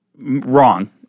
wrong